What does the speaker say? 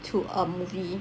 to a movie